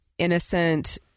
innocent